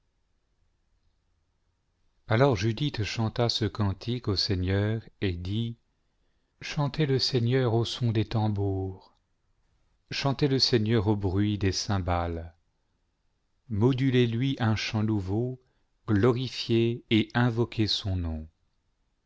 alors judith chanta ce cantique au seigneur et dit chantez le seigneur au son des tambours chantez le seigneur au bruit des cymbales modulez lui un chant nouveau glorifiez et invoquez son nom